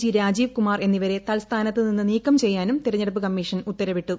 G Rajiv Kumar എന്നിവരെ തത്സ്ഥാനത്ത് നിന്ന് നീക്കം ചെയ്യാനും തിരഞ്ഞെടുപ്പ് കമ്മീഷൻ ഉത്തരവിട്ടു